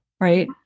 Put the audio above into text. Right